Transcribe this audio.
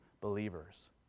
believers